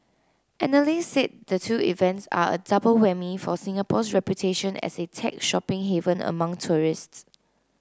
analysts said the two events are a double whammy for Singapore's reputation as a tech shopping haven among tourists